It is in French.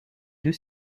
deux